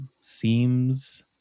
seems